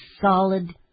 solid